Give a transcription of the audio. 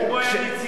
אם הוא היה נציגו,